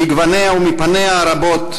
מגווניה ומפניה הרבות,